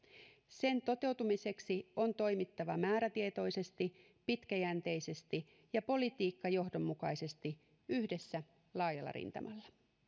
sen toteutumiseksi on toimittava määrätietoisesti pitkäjänteisesti ja politiikkajohdonmukaisesti yhdessä laajalla rintamalla